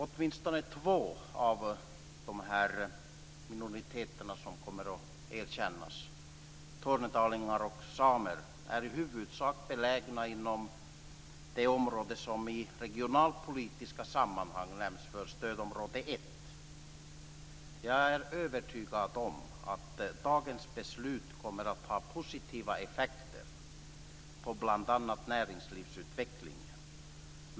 Åtminstone två av de minoriteter som kommer att erkännas, tornedalingar och samer, är i huvudsak belägna inom det område som i regionalpolitiska sammanhang kallas för stödområde 1. Jag är övertygad om att dagens beslut kommer att ha positiva effekter på bl.a. näringslivsutvecklingen.